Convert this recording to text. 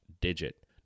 digit